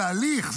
זה הליך,